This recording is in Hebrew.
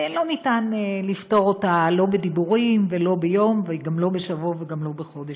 ולא ניתן לפתור אותה לא בדיבורים ולא ביום וגם לא בשבוע וגם לא בחודש.